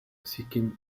sikkim